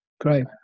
great